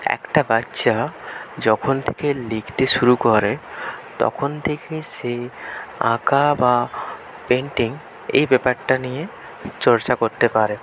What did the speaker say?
একটা বাচ্চা যখন থেকে লিখতে শুরু করে তখন থেকেই সে আঁকা বা পেন্টিং এই ব্যাপারটা নিয়ে চর্চা করতে পারে